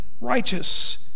righteous